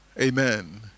Amen